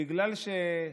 למה?